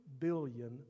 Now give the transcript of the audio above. billion